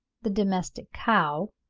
the domestic cow,